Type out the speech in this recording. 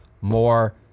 more